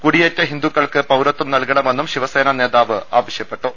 കൂടിയേറ്റ ഹിന്ദുക്കൾക്ക് പൌരത്വം നൽക ണമെന്നും ശിവസേനാ നേതാവ് ആവശ്യപ്പെട്ടു